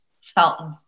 felt